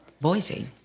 Boise